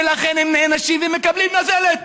ולכן הם נענשים ומקבלים נזלת,